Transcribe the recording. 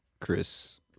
Chris